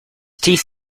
teeth